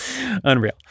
Unreal